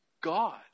God